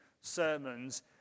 sermons